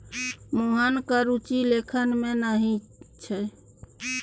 मोहनक रुचि लेखन मे नहि छै